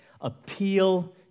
Appeal